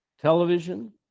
television